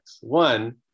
One